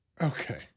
Okay